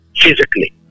physically